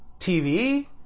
TV